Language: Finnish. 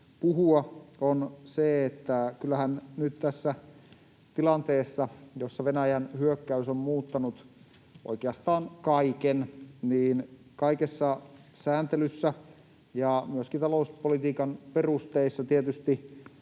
puhua, on se, että kyllähän nyt tässä tilanteessa, jossa Venäjän hyökkäys on muuttanut oikeastaan kaiken, niin kaikessa sääntelyssä ja myöskin talouspolitiikan perusteissa tietysti